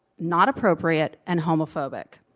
not appropriate and homophobic.